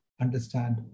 understand